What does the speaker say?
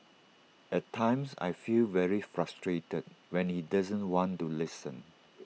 at times I feel very frustrated when he doesn't want to listen